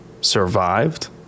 survived